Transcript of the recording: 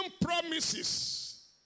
promises